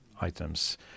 items